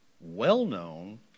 well-known